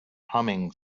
humming